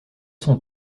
son